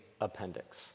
appendix